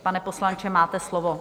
Pane poslanče, máte slovo.